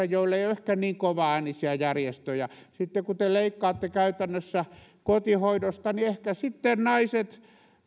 joilla ei ole ehkä niin kovaäänisiä järjestöjä sitten kun te leikkaatte käytännössä kotihoidosta niin ehkä sitten naiset